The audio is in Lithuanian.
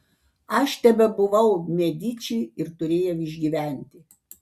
aš tebebuvau mediči ir turėjau išgyventi